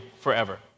forever